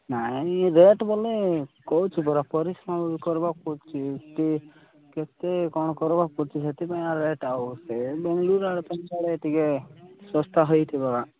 ନାଇଁ ରେଟ୍ ବୋଲେ କହୁଛି ପରା ପରିଶ୍ରମ କରିବାକୁ ପଡ଼ୁଛି ଏତେ କେତେ କ'ଣ କରିବାକୁ ପଡ଼ୁଛି ସେଥିପାଇଁ ଆର ରେଟ୍ ଆଉ ସେ ବାଙ୍ଗଲୁର ଆଡ଼େ ଟିକେ ଶସ୍ତା ହେଇଥିବ